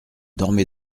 dormez